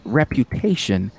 reputation